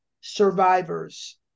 survivors